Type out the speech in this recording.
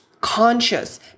conscious